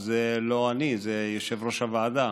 אז זה לא אני, זה יושב-ראש הוועדה.